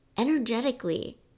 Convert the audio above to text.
Energetically